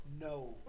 No